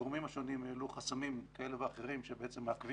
הגורמים השונים העלו חסמים כאלה ואחרים שמעכבים